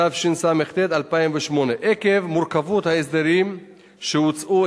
התשס"ט 2008. עקב מורכבות ההסדרים שהוצעו,